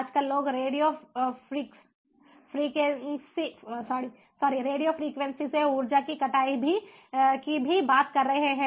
आजकल लोग radio frequency से ऊर्जा की कटाई की भी बात कर रहे हैं